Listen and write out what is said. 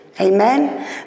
Amen